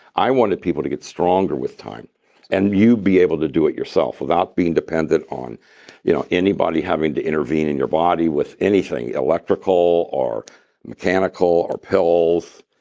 i wanted people to get stronger with time and you be able to do it yourself without being dependent on you know anybody having to intervene in your body with anything electrical or mechanical or pills.